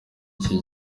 iki